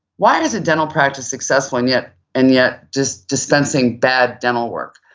why is a dental practice successful and yet and yet just dispensing bad dental work?